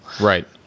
Right